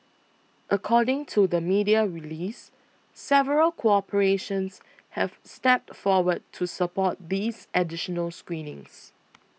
according to the media release several corporations have stepped forward to support these additional screenings